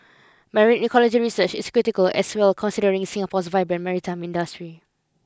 marine ecology research is critical as well considering Singapore's vibrant maritime industry